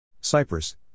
Cyprus